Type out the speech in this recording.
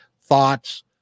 thoughts